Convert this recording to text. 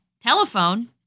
Telephone